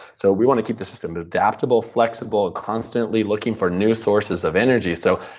so we want to keep the system but adaptable, flexible, and constantly looking for new sources of energy so